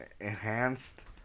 Enhanced